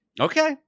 Okay